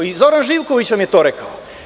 I Zoran Živković vam je to rekao.